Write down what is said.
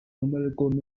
numerically